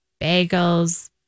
bagels